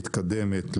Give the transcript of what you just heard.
מתקדמת,